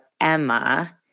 Emma